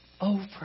Over